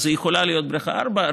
שזו יכולה להיות בריכה 4,